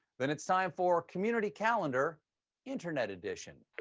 then it's time for community. calendar internet edition!